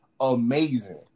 amazing